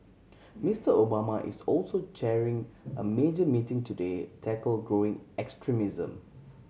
Mister Obama is also chairing a major meeting today tackle growing extremism